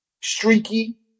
streaky